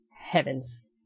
Heavens